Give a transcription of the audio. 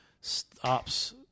stops